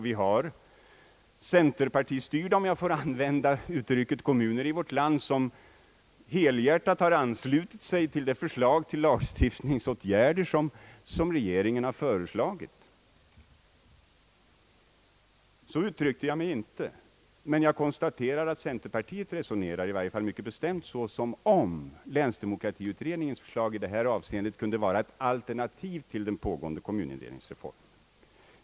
Vi har — om jag får använda det uttrycket — centerpartistyrda kommuner i vårt land som helhjärtat anslutit sig till regeringens förslag om lagstiftningsåtgärder. Jag konstaterar emellertid att centerpartiet resonerar mycket bestämt som om länsdemokratiutredningens förslag i berört avseende kunde vara att alternativ till den pågående kommunindelningsreformen.